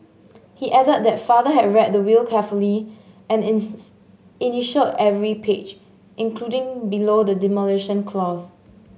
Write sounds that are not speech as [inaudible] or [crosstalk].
he added that father had read the will carefully and [unintelligible] initialled every page including below the demolition clause